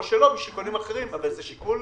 או שלא, משיקולים אחרים, אבל זה לגמרי שיקול